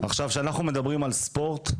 עכשיו, כשאנחנו מדברים על ספורט,